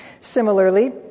Similarly